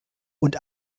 und